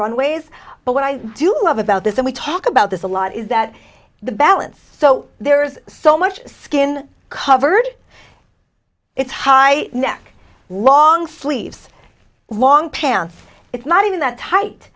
runways but what i do love about this and we talk about this a lot is that the balance so there's so much skin covered it's high neck long sleeves long pants it's not even that tight